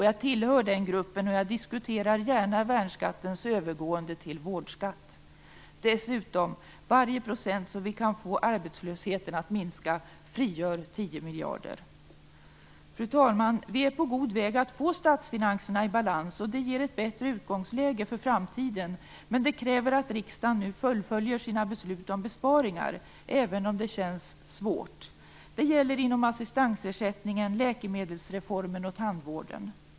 Jag tillhör den gruppen, och jag diskuterar gärna värnskattens övergående till vårdskatt. Dessutom: Varje procent som vi kan få arbetslösheten att minska frigör 10 miljarder. Fru talman! Vi är på god väg att få statsfinanserna i balans. Det ger ett bättre utgångsläge för framtiden, men det kräver att riksdagen nu fullföljer sina beslut om besparingar, även om det känns svårt. Det gäller inom assistansersättningen, läkemedelsreformen och tandvården.